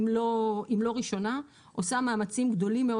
אם לא ראשונה עושה מאמצים גדולים מאוד